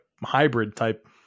hybrid-type